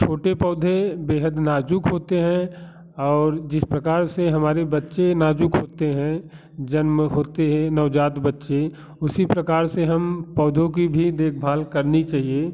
छोटे पौधे बेहद नाज़ुक होते हैं और जिस प्रकार से हमारे बच्चे नाज़ुक होते हैं जन्म होते हे नवजात बच्चे उसी प्रकार से हम पौधों की भी देख भाल करनी चाहिए